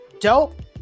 dope